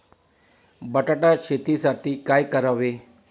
बटाटा शेतीसाठी काय करावे?